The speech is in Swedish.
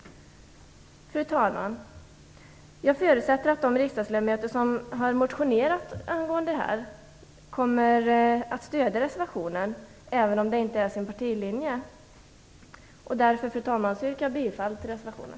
Fru talman! Jag förutsätter att de riksdagsledamöter som har motionerat angående detta kommer att stödja reservationen, även om det inte är deras partilinje. Därför, fru talman, yrkar jag bifall till reservationen.